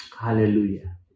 Hallelujah